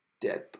dead